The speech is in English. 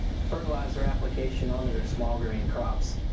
fertilizer application onto their small grain crops.